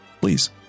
please